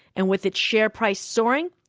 and with its share price soaring,